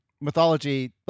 mythology